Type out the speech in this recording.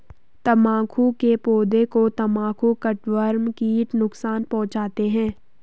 तंबाकू के पौधे को तंबाकू कटवर्म कीट नुकसान पहुंचाते हैं